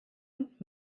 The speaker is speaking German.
und